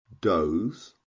doze